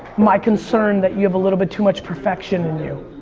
my concern that you have a little bit too much perfection in you.